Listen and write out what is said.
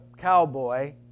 cowboy